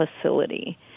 facility